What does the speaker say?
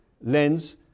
lens